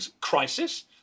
crisis